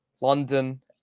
London